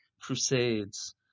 Crusades